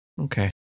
Okay